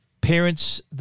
parents